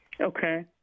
Okay